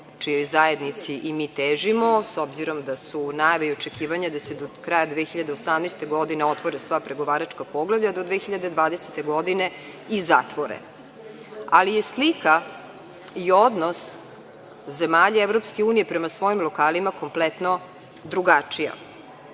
čijoj zajednici i mi težimo, s obzirom da su najave i očekivanja da se do kraja 2018. godine otvore sva pregovaračka poglavlja, do 2020. godine i zatvore, ali je slika i odnos zemalja EU prema svojim lokalima kompletno drugačija.